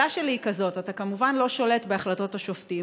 השאלה שלי היא כזאת: אתה כמובן לא שולט בהחלטות השופטים,